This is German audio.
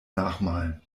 nachmalen